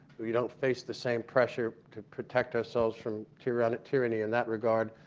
we don't face the same pressure to protect ourselves from tyranny tyranny in that regard.